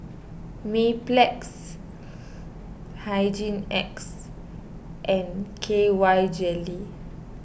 Mepilex Hygin X and K Y Jelly